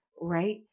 right